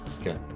Okay